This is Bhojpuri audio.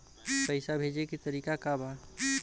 पैसा भेजे के तरीका का बा?